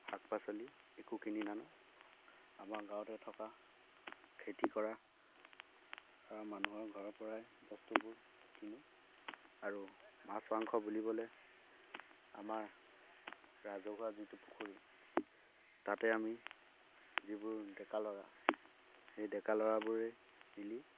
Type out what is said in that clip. শাক পাচলি একো কিনি নানো আমাৰ গাঁৱতে থকা খেতি কৰা মানুহৰ ঘৰৰ পৰাই বস্তুবোৰ কিনো আৰু মাছ মাংস বুলিবলৈ আমাৰ ৰাজহুৱা যিটো পুখুৰী তাতে আমি যিবোৰ ডেকাল'ৰা সেই ডেকাল'ৰাবোৰে মিলি